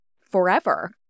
forever